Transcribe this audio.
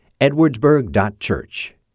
edwardsburg.church